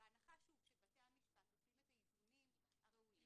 בהנחה שבתי המשפט עושים את האיזונים הראויים.